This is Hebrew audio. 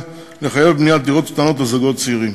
לחייב בניית דירות קטנות לזוגות צעירים.